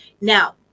Now